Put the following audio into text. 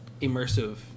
immersive